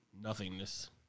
nothingness